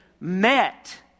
met